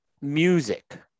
music